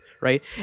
right